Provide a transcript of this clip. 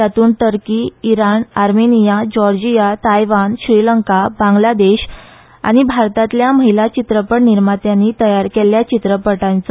तातूंत टर्की Iran Armenia Georgia तयवान श्रीलंका बांगलादेश आनी भारतांतल्या महिला चित्रपट निर्मात्यांनी तयार केल्ले चित्रपट दाखयतले